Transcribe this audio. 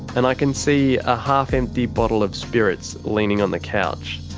and i can see a half-empty bottle of spirits leaning on the couch.